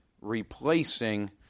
replacing